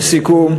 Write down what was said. לסיכום,